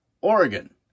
Oregon